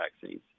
vaccines